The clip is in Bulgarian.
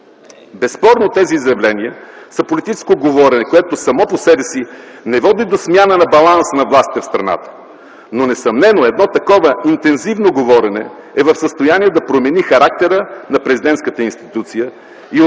Безспорно тези изявления са политическо говорене, което само по себе си не води до смяна на баланса на властите в страната, но несъмнено едно такова интензивно говорене е в състояние да промени характера на президентската институция